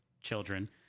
children